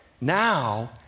Now